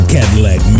Cadillac